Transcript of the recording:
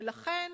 ולכן,